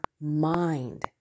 mind